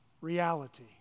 reality